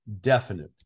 definite